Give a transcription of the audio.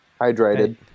Hydrated